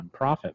nonprofit